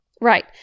Right